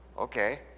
Okay